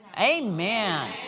Amen